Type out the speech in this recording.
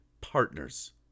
partners